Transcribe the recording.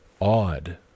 odd